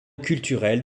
culturel